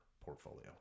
portfolio